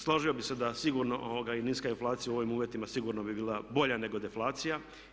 Složio bih se da sigurno i niska inflacija u ovim uvjetima sigurno bi bila bolja nego deflacija.